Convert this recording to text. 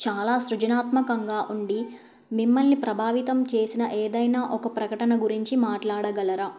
చాలా సృజనాత్మకంగా ఉండి మిమ్మల్ని ప్రభావితం చేసిన ఏదైనా ఒక ప్రకటన గురించి మాట్లాడగలరా